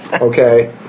Okay